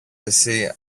εσύ